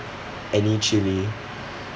any chili